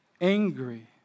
angry